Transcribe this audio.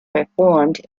performed